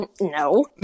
No